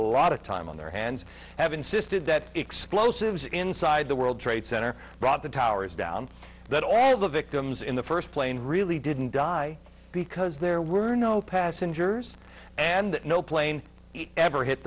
time on their hands have insisted that explosives inside the world trade center brought the towers down that all the victims in the first plane really didn't die because there were no passengers and no plane ever hit